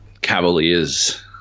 Cavaliers